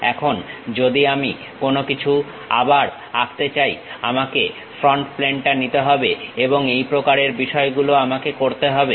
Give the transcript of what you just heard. এখন যদি আমি কোনো কিছু আবার আঁকতে চাই আমাকে ফ্রন্ট প্লেনটা নিতে হবে এবং এই প্রকারের বিষয়গুলো আমাকে করতে হবে